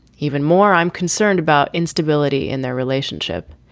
even more, i'm concerned about instability in their relationship.